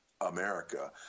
America